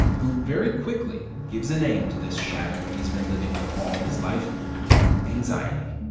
who very quickly gives a name to this shadow he's been living with all his life anxiety